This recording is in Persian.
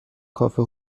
کافه